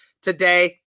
today